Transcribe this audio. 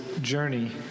journey